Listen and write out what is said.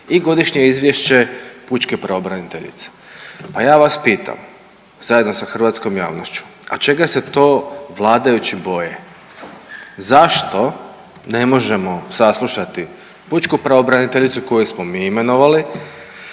i godišnje izvješće pučke pravobraniteljice. Pa ja vas pitam zajedno sa hrvatskom javnošću, a čega se to vladajući boje? Zašto ne možemo saslušati pučku pravobraniteljicu koju smo mi imenovali